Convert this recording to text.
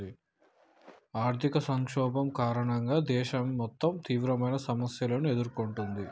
ఆర్థిక సంక్షోభం కారణంగా దేశం మొత్తం తీవ్రమైన సమస్యలను ఎదుర్కొంటుంది